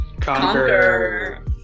Conquer